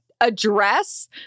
address